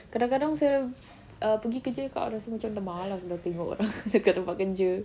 kadang-kadang saya err pergi kerja kak rasa macam dah malas dah tengok orang dekat tempat kerja